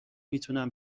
میتونم